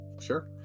sure